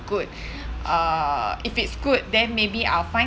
good uh if it's good then maybe I'll find